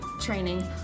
training